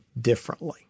differently